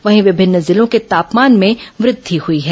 वहीं विभिन्न जिलों के तापमान में वृद्धि हुई है